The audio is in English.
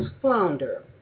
flounder